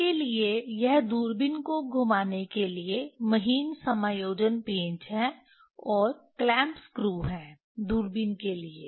इसके लिए यह दूरबीन को घुमाने के लिए महीन समायोजन पेंच हैं और क्लैंप स्क्रू हैं दूरबीन के लिए